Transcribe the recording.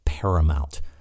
paramount